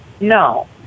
No